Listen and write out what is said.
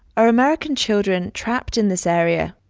are american children trapped in this area,